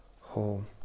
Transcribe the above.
home